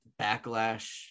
backlash